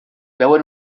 veuen